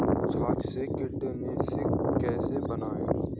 छाछ से कीटनाशक कैसे बनाएँ?